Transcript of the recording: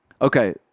Okay